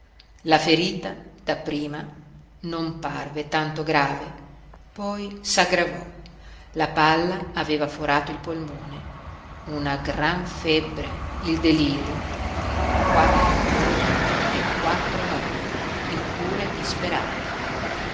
la ferita dapprima non parve tanto grave poi s'aggravò la palla aveva forato il polmone una gran febbre il delirio quattro giorni e quattro notti di cure disperate